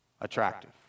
attractive